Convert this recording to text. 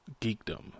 geekdom